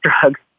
drugs